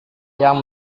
yang